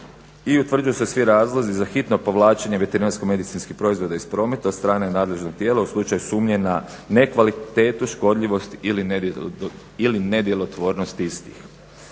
i utvrđuju se svi razlozi za hitno povlačenje veterinarsko-medicinskih proizvoda iz prometa od strane nadležnog tijela u slučaju sumnje na nekvalitetu, škodljivost ili nedjelotvornost istih.